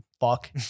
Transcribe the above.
fuck